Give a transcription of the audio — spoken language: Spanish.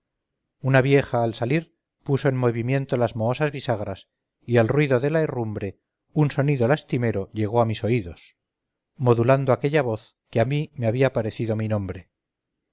una vieja al salir puso en movimiento las mohosas bisagras y al ruido de la herrumbre un sonido lastimero llegó a mis oídos modulando aquella voz que a mí me había parecido mi nombre